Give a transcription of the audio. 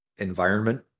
environment